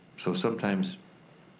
so sometimes,